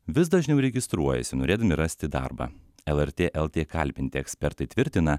vis dažniau registruojasi norėdami rasti darbą lrt lt kalbinti ekspertai tvirtina